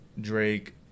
Drake